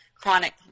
chronic